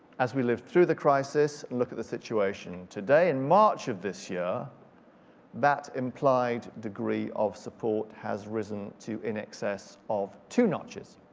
as we lived through the crisis and look at the situation today, in march of this year that implied degree of support has risen to in excess of two notches.